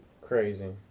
Crazy